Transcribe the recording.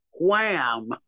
Wham